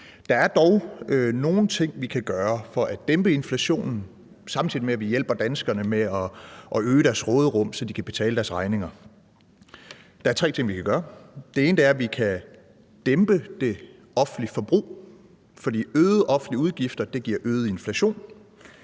Der er dog nogle ting, vi kan gøre for at dæmpe inflationen, samtidig med at vi hjælper danskerne med at øge deres råderum, så de kan betale deres regninger. Der er tre ting, vi kan gøre. Det ene er, at vi kan dæmpe det offentlige forbrug, for øgede offentlige udgifter giver øget inflation.